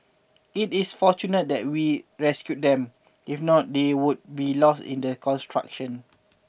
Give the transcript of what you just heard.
it is fortunate that we rescued them if not they would be lost in the construction